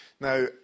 Now